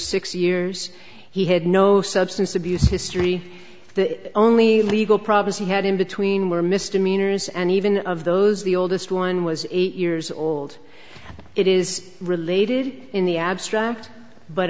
six years he had no substance abuse history the only legal problems he had in between were mr manners and even of those the oldest one was eight years old it is related in the abstract but